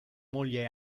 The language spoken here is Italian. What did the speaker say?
moglie